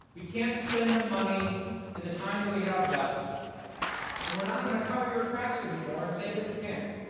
we cannot spend the money and the time that we have left and we are not going to cover your tracks anymore and say that we can.